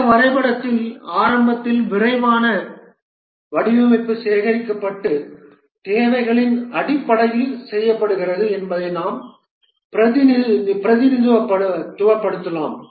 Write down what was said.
இந்த வரைபடத்தில் ஆரம்பத்தில் விரைவான வடிவமைப்பு சேகரிக்கப்பட்ட தேவைகளின் அடிப்படையில் செய்யப்படுகிறது என்பதை நாம் பிரதிநிதித்துவப்படுத்தலாம்